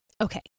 Okay